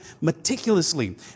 meticulously